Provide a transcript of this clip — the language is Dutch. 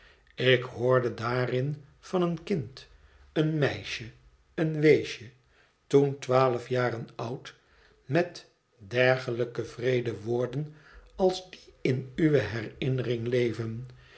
ik hoorde daarin van een kind een meisje een weesje toen twaalf jaren oud met dergelijke wreede woorden als die in uwe herinnering leven